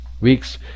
weeks